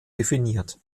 definiert